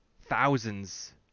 thousands